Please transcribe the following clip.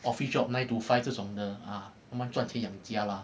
office job nine to five 这种的啊慢慢赚钱养家啦